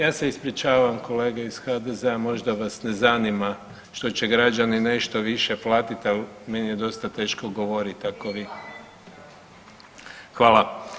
Ja se ispričavam kolega iz HDZ-a možda vas ne zanima što će građani nešto više platiti ali je meni dosta teško govoriti ako vi, hvala.